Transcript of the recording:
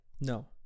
No